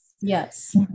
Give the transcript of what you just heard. Yes